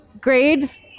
grades